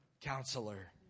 counselor